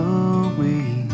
away